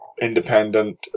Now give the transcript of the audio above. Independent